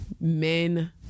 men